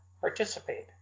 participate